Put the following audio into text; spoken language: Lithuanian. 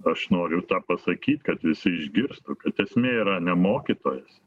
aš noriu tą pasakyt kad visi išgirstų kad esmė yra ne mokytojas